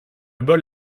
bol